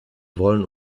wollen